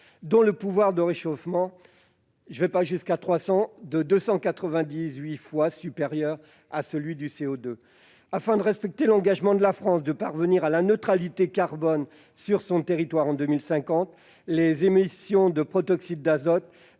dont le pouvoir de réchauffement est 298 fois- pas 300 fois, certes -supérieur à celui du CO2. Afin de respecter l'engagement de la France à parvenir à la neutralité carbone sur son territoire en 2050, les émissions de protoxyde d'azote